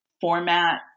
format